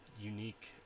unique